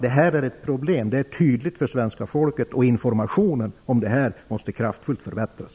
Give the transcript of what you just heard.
Det är tydligt för svenska folket att detta är ett problem. Informationen måste kraftfullt förbättras.